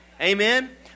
Amen